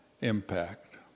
impact